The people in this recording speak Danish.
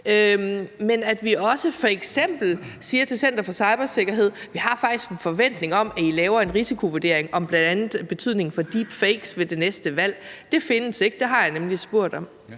og at vi også f.eks. siger til Center for Cybersikkerhed, at vi faktisk har en forventning om, at de laver en risikovurdering af bl.a. betydningen af deepfakes ved det næste valg. Det findes ikke; det har jeg nemlig spurgt om.